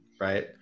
right